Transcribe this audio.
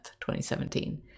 2017